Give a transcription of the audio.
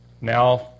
Now